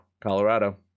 colorado